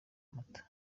amata